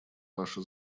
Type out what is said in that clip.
ваше